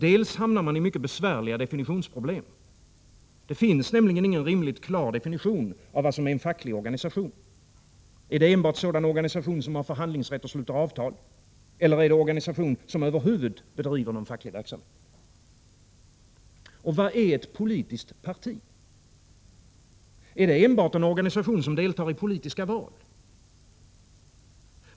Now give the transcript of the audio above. Dels hamnar man i mycket besvärliga definitionsproblem. Det finns nämligen ingen rimligt klar definition av vad som är en facklig organisation. Är det enbart sådan organisation som har förhandlingsrätt och sluter avtal, eller är det organisation som över huvud taget bedriver facklig verksamhet? Och vad är ett politiskt parti? Är det enbart en organisation som deltar i politiska val?